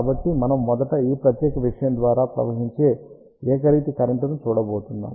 కాబట్టి మనము మొదట ఈ ప్రత్యేకమైన విషయం ద్వారా ప్రవహించే ఏకరీతి కరెంట్ ని చూడబోతున్నాం